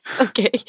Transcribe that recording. Okay